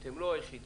אתם לא היחידים.